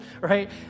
right